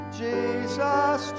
jesus